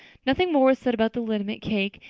nothing more was said about the liniment cake,